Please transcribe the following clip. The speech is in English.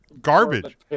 garbage